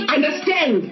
Understand